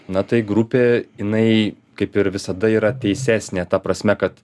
na tai grupė jinai kaip ir visada yra teisesnė ta prasme kad